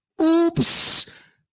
oops